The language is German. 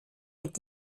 mit